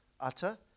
utter